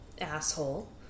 asshole